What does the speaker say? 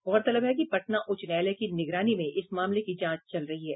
गौरतलब है कि पटना उच्च न्यायालय की निगरानी में इस मामले की जांच चल रही है